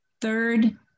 third